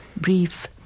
brief